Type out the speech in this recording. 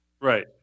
right